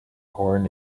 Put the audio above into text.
horn